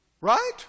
Right